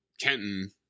kenton